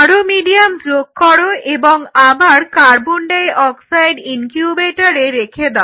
আরো মিডিয়াম যোগ করো এবং আবার কার্বন ডাই অক্সাইড ইনকিউবেটরে রেখে দাও